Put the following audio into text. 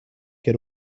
get